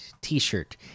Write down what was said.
t-shirt